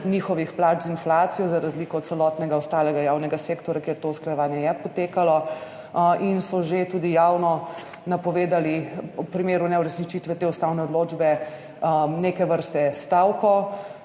njihovih plač z inflacijo, za razliko od celotnega ostalega javnega sektorja, kjer je to usklajevanje potekalo, in so že tudi javno napovedali v primeru neuresničitve te ustavne odločbe neke vrste stavko,